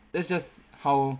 that's just how